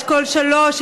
אשכול 3,